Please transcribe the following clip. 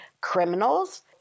criminals